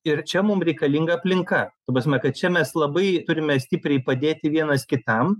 ir čia mum reikalinga aplinka ta prasme kad čia mes labai turime stipriai padėti vienas kitam